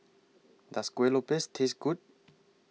Does Kueh Lopes Taste Good